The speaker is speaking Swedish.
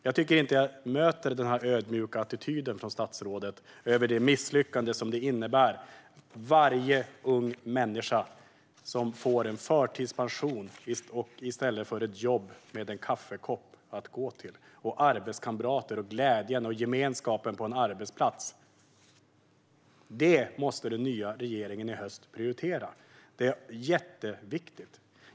Jag tycker inte att jag möter någon ödmjuk attityd från statsrådet över det misslyckande som det innebär med varje unge människa som får förtidspension i stället för ett jobb att gå till, med en kaffekopp, arbetskamrater, glädje och gemenskap på en arbetsplats. Detta måste den nya regeringen i höst prioritera. Det är jätteviktigt.